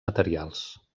materials